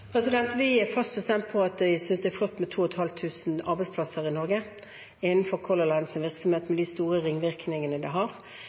Vi er fast bestemt på at vi synes det er flott med 2 500 arbeidsplasser i Norge innenfor Color Lines virksomhet og de store ringvirkningene det har.